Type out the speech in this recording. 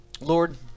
Lord